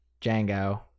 Django